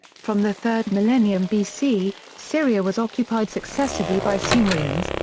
from the third millennium bc, syria was occupied successively by sumerians,